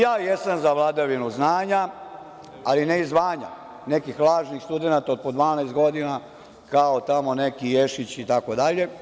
Ja jesam za vladavinu znanja, ali ne i zvanja, nekih lažnih studenata od po 12 godina kao tamo neki Ješići itd.